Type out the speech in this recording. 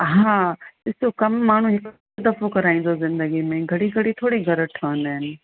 हा ॾिसो कमु माण्हू हिकु दफ़ो कराईंदो ज़िंदगी में घणी घणी थोरी घर ठहंदा आहिनि